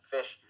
Fish